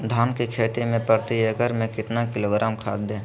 धान की खेती में प्रति एकड़ में कितना किलोग्राम खाद दे?